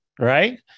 Right